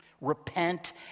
Repent